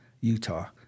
Utah